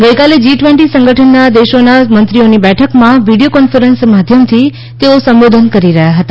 ગઈકાલે જી વીસ સંગઠનના દેશોના મંત્રીઓની બેઠકમાં વીડિયો કોન્ફરન્સ માધ્યમથી તેઓ સંબોધન કરી રહ્યા હતા